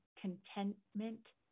contentment